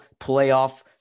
playoff